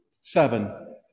Seven